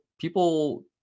people